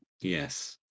Yes